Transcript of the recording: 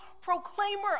proclaimer